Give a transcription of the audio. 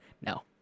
No